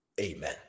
Amen